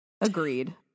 Agreed